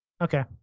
Okay